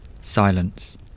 Silence